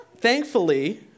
Thankfully